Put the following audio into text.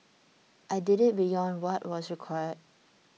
I did it beyond what was required